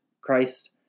Christ